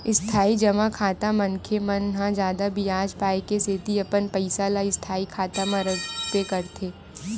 इस्थाई जमा खाता मनखे मन ह जादा बियाज पाय के सेती अपन पइसा ल स्थायी खाता म रखबे करथे